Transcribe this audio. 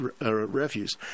refuse